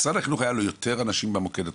משרד החינוך היה לו יותר אנשים במוקד הטלפוני?